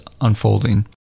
unfolding